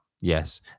yes